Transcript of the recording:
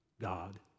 God